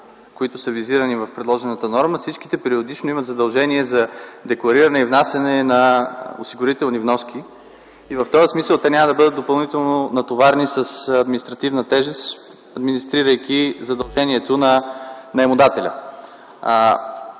които са визирани в предложената норма, всичките периодично имат задължение за деклариране и внасяне на осигурителни вноски. В този смисъл те няма да бъдат допълнително натоварени с административна тежест, администрирайки задължението на наемодателя.